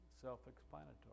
self-explanatory